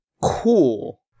Cool